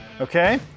Okay